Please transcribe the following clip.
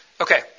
Okay